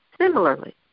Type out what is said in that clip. Similarly